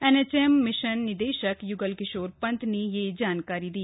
NHM mission निदेशक य्गल किशोर पंत ने यह जानकारी दी